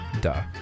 Duh